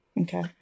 Okay